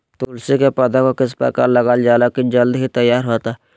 तुलसी के पौधा को किस प्रकार लगालजाला की जल्द से तैयार होता है?